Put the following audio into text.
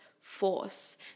force